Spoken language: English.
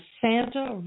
Santa